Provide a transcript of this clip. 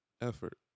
effort